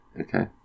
Okay